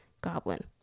goblin